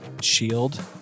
shield